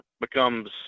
becomes